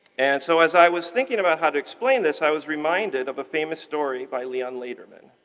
and so as i was thinking about how to explain this, i was reminded of a famous story by leon lederman.